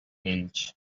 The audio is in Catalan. ells